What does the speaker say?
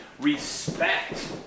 Respect